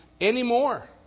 anymore